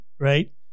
right